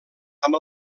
amb